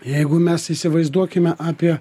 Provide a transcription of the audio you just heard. jeigu mes įsivaizduokime apie